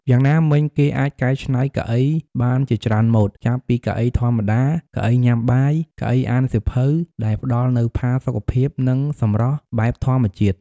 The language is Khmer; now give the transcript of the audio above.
យ៉ាងណាមិញ គេអាចកែឆ្នៃកៅអីបានជាច្រើនម៉ូដ ចាប់ពីកៅអីធម្មតា កៅអីញ៉ាំបាយ កៅអីអានសៀវភៅដែលផ្តល់នូវផាសុកភាព និងសម្រស់បែបធម្មជាតិ។